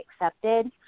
accepted